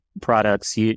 products